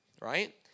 right